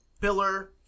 pillar